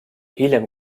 hiljem